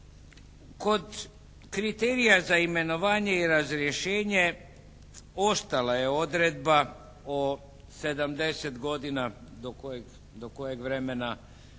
Kod kriterija za imenovanje i razrješenje ostala je odredba od 70 godina do kojeg vremena